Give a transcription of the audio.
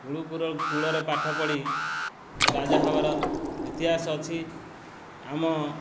ଗୁରୁକୂଳରେ ପାଠ ପଢ଼ି ରାଜା ହବାର ଇତିହାସ ଅଛି ଆମ